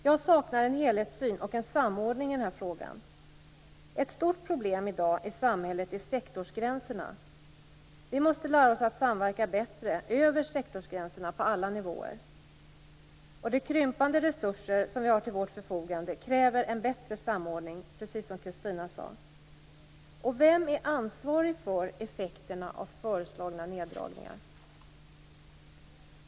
Jag saknar en helhetssyn och en samordning i den här frågan. Ett stort problem i samhället i dag är sektorsgränserna. Vi måste lära oss att samverka bättre över sektorsgränserna på alla nivåer. De krympande resurserna som vi har till vårt förfogande kräver en bättre samordning - precis som Christina Pettersson sade. Vem är ansvarig för effekterna av föreslagna neddragningar?